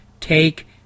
take